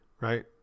right